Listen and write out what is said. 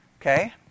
Okay